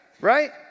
Right